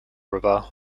river